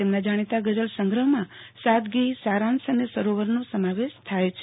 તેમના જાણીતા ગઝલ સંગ્રહમાં સાદગી સારાંશ અને સરોવરનો સમાવેશ થયા છે